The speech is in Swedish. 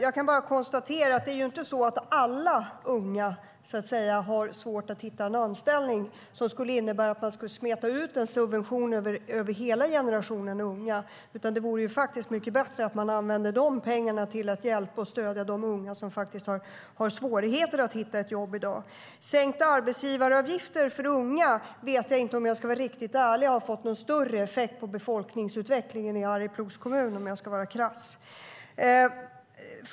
Fru talman! Alla ungdomar har inte svårt att hitta en anställning. Därför behöver man inte smeta ut en subvention över hela den unga generationen. Det vore mycket bättre att använda dessa pengar till att hjälpa och stödja de unga som faktiskt har svårigheter att hitta ett jobb i dag. Jag vet inte om sänkt arbetsgivaravgift för unga har fått någon större effekt på befolkningsutvecklingen i Arjeplogs kommun, om jag ska vara krass.